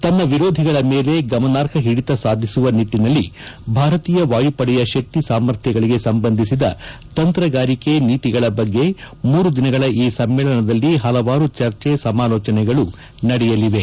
ತನ್ನ ವಿರೋಧಿಗಳ ಮೇಲೆ ಗಮನಾರ್ಪ ಹಿಡಿತ ಸಾಧಿಸುವ ನಿಟ್ಟಿನಲ್ಲಿ ಭಾರತೀಯ ವಾಯುಪಡೆಯ ಶಕ್ತಿ ಸಾಮರ್ಥ್ಯಗಳಿಗೆ ಸಂಬಂಧಿಸಿದ ತಂತ್ರಗಾರಿಕೆ ನೀತಿಗಳ ಬಗ್ಗೆ ಮೂರು ದಿನಗಳ ಈ ಸಮ್ಮೇಳನದಲ್ಲಿ ಪಲವಾರು ಚರ್ಜೆ ಸಮಾಲೋಜನೆಗಳು ನಡೆಯಲಿವೆ